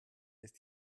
ist